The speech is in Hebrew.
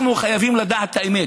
אנחנו חייבים לדעת את האמת.